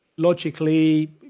Logically